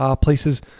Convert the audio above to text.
places